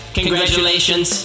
Congratulations